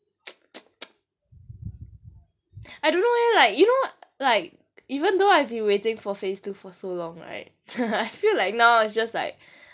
I don't know leh like you know like even though I've been waiting for phase two for so long right I feel like now it's just like